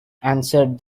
answered